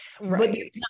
Right